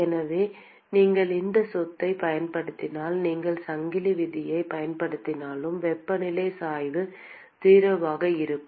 எனவே நீங்கள் அந்த சொத்தை பயன்படுத்தினால் நீங்கள் சங்கிலி விதியைப் பயன்படுத்தினாலும் வெப்பநிலை சாய்வு 0 ஆக இருக்கும்